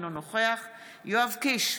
אינו נוכח יואב קיש,